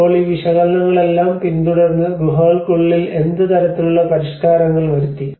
ഇപ്പോൾ ഈ വിശകലനങ്ങളെല്ലാം പിന്തുടർന്ന് ഗുഹകൾക്കുള്ളിൽ എന്ത് തരത്തിലുള്ള പരിഷ്കാരങ്ങൾ വരുത്തി